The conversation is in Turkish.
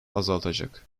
azaltılacak